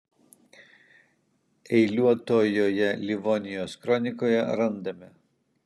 eiliuotojoje livonijos kronikoje randame